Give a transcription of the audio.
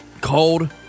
Cold